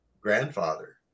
grandfather